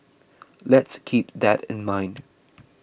let's keep that in mind